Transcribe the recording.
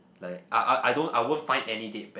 like I I I don't I won't find any date bad